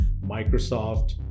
microsoft